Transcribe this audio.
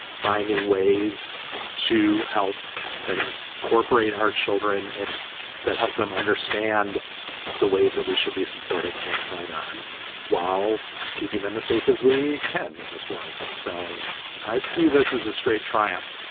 finding ways to help that in corporate our children. and that helped them understand the ways that we should be supporting what's going on while keeping them as safe as we can in this world. so i view this as a straight triumph.